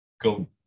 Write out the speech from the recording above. go